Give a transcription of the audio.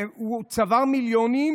הוא צבר מיליונים,